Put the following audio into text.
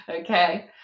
Okay